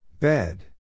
Bed